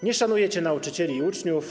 Nie szanujecie nauczycieli i uczniów.